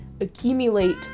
accumulate